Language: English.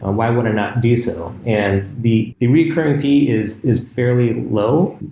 ah why wouldn't i do so? and the the recurring fee is is fairly low.